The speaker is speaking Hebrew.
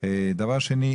דבר שני,